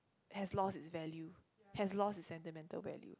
has lost it's value has lost it's sentimental value